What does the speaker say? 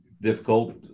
difficult